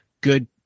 good